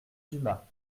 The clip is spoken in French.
dumas